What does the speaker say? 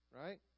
right